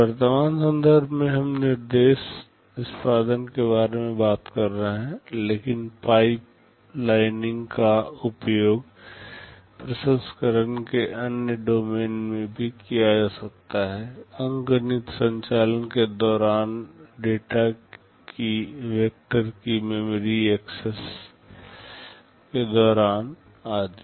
वर्तमान संदर्भ में हम निर्देश निष्पादन के बारे में बात कर रहे हैं लेकिन पाइप लाइनिंग का उपयोग प्रसंस्करण के अन्य डोमेन में भी किया जा सकता है अंकगणित संचालन के दौरान डेटा की वेक्टर की मेमोरी एक्सेस के दौरान आदि